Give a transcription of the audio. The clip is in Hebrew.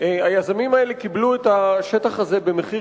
היזמים האלה קיבלו את השטח הזה במחיר